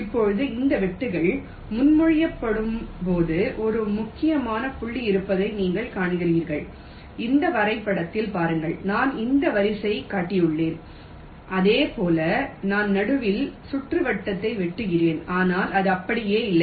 இப்போது இந்த வெட்டுக்கள் முன்மொழியப்படும்போது ஒரு முக்கியமான புள்ளி இருப்பதை நீங்கள் காண்கிறீர்கள் இந்த வரைபடத்தில் பாருங்கள் நான் இந்த வரிகளைக் காட்டியுள்ளேன் அதே போல் நான் நடுவில் சுற்றுவட்டத்தை வெட்டுகிறேன் ஆனால் அது அப்படியே இல்லை